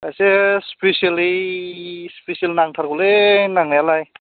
एसे सिपेसोलि सिपेसोल नांथारगौलै नांनायालाय